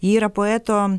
ji yra poeto